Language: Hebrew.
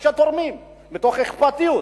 שתורמים מתוך אכפתיות,